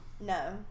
No